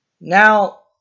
Now